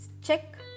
check